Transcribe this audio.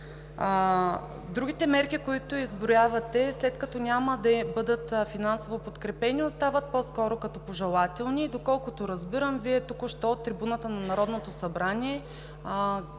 Другите мерки, които изброявате, след като няма да бъдат финансово подкрепени, остават по-скоро като пожелателни и, доколкото разбирам, Вие току-що от трибуната на Народното събрание